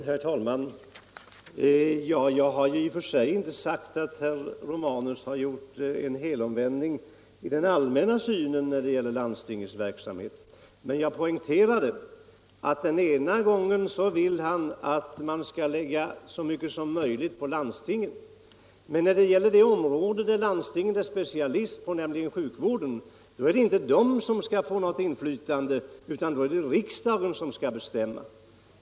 Herr talman! Jag har i och för sig inte sagt att herr Romanus gjort en helomvändning i den allmänna synen på landstingens verksamhet. Men jag poängterade att han den ena gången vill att man skall lägga så mycket som möjligt på landstingen, men den andra gången när det gäller det område som landstingen är specialist på, nämligen sjukvården, då är det inte de som skall få något inflytande utan då skall riksdagen bestämma.